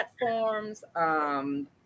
platforms